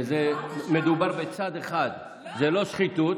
כשמדובר בצד אחד זה לא שחיתות